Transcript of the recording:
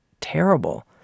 terrible